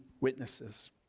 witnesses